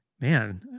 man